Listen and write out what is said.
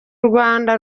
rwanda